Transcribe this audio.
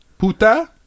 puta